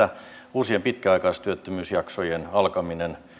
uusien pitkäaikaistyöttömyysjaksojen alkamisessa